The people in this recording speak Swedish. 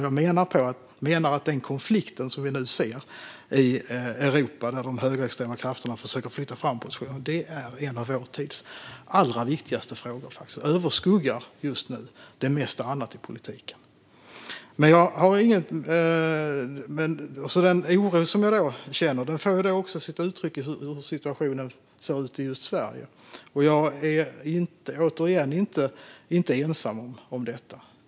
Jag menar att den konflikt som vi nu ser i Europa, där de högerextrema krafterna försöker att flytta fram positionerna, är en av vår tids allra viktigaste frågor och att den just nu överskuggar det mesta annat i politiken. Den oro jag känner har sin grund i hur situationen ser ut i just Sverige, och jag är, återigen, inte ensam om den.